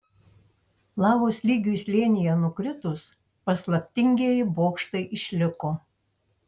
lavos lygiui slėnyje nukritus paslaptingieji bokštai išliko